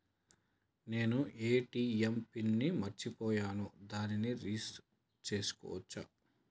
నేను ATM PIN ని మరచిపోయాను దాన్ని రీ సెట్ చేసుకోవచ్చా?